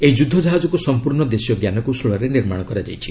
ଏହି ଯୁଦ୍ଧ ଜାହାଜକୁ ସଂପୂର୍ଣ୍ଣ ଦେଶୀୟ ଜ୍ଞାନକୌଶଳରେ ନିର୍ମାଣ କରାଯାଇଛି